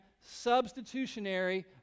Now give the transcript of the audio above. substitutionary